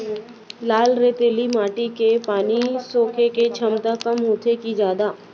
लाल रेतीली माटी के पानी सोखे के क्षमता कम होथे की जादा?